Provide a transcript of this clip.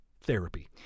therapy